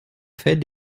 fait